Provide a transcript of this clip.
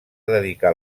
dedicar